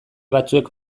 batzuek